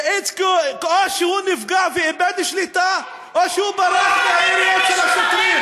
מאיץ כי או שהוא נפגע ואיבד שליטה או שהוא ברח מהיריות של השוטרים.